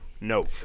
No